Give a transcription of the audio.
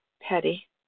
Petty